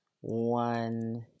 one